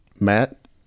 Matt